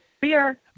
beer